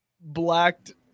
blacked